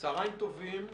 צוהריים טובים,